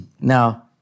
Now